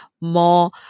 more